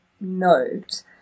note